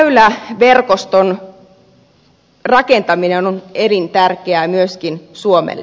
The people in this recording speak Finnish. uuden väyläverkoston rakentaminen on elintärkeää myöskin suomelle